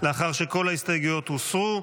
לאחר שכל ההסתייגויות הוסרו,